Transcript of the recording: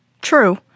True